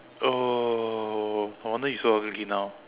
oh no wonder you so ugly now